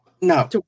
No